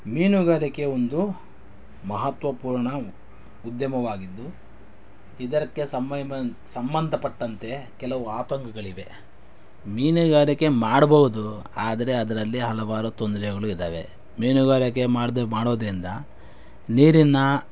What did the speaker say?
ಮೀನುಗಾರಿಕೆ ಒಂದು ಮಹತ್ವಪೂರ್ಣ ಉದ್ಯಮವಾಗಿದ್ದು ಇದಕ್ಕೆ ಸಮ್ ಮ್ಯ್ ಸಂಬಂಧಪಟ್ಟಂತೆ ಕೆಲವು ಆತಂಕಗಳಿವೆ ಮೀನುಗಾರಿಕೆ ಮಾಡಬಹುದು ಆದರೆ ಅದರಲ್ಲಿ ಹಲವಾರು ತೊಂದರೆಗಳು ಇವೆ ಮೀನುಗಾರಿಕೆ ಮಾಡ್ದೆ ಮಾಡುವುದ್ರಿಂದ ನೀರಿನ